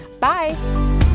Bye